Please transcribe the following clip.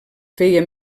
feia